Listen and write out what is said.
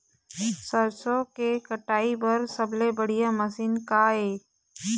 सरसों के कटाई बर सबले बढ़िया मशीन का ये?